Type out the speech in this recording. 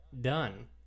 done